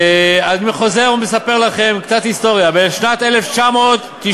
אני חוזר ומספר לכם קצת היסטוריה: בשנת 1998,